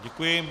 Děkuji.